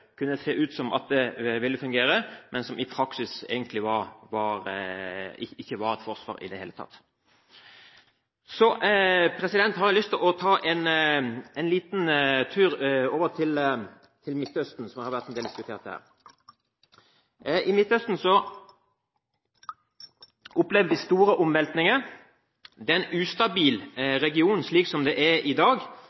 i praksis ikke var et forsvar i det hele tatt. Så har jeg lyst til å ta en liten tur over til Midtøsten, som har vært en del diskutert her. I Midtøsten opplever man store omveltninger. Slik det er i dag, er det en ustabil